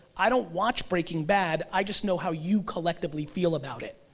i don't watch breaking bad, i just know how you collectively feel about it,